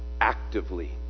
actively